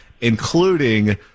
including